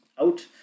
out